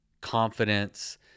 confidence